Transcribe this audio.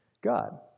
God